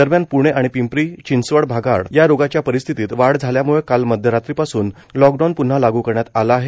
दरम्यान प्णे आणि पिंपरी चिंचवड भागात या रोगाच्या परिस्थितीत वाढ झाल्याम्ळ काल मध्यरात्रीपासून लॉकडाउन प्न्हा लाग् करण्यात आला आहे